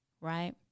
right